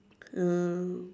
um